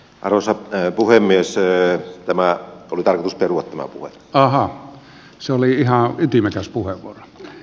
arvoisa puhemies ööö tämä oli tarvis peruttuna vaikka se oli ihan ytimekäs puheenvuoron